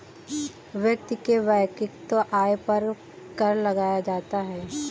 व्यक्ति के वैयक्तिक आय पर कर लगाया जाता है